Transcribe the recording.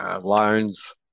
Loans